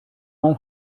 mal